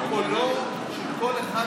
קולו של כל אחד,